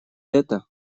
это